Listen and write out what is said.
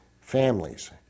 families